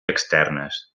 externes